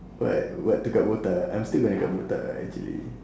what what to cut botak I'm still gonna cut botak ah actually